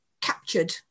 captured